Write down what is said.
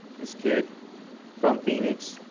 this kid from phoenix,